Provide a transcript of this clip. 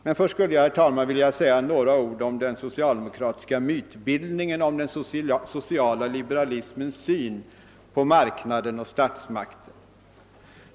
Men först skulle jag vilja säga några ord om den socialdemokratiska mytbildningen angående den sociala liberalismens syn på marknaden och statsmakten.